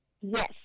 Yes